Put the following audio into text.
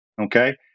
Okay